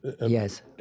Yes